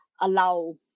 allow